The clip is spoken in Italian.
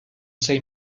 sei